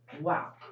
Wow